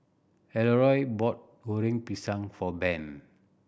Elroy bought Goreng Pisang for Ben